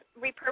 repurpose